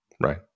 Right